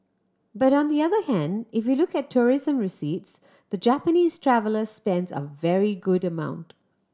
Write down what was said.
but on the other hand if you look at tourism receipts the Japanese traveller spends a very good amount